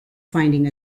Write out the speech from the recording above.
finding